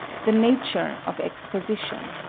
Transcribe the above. the nature of exposition